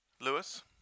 Lewis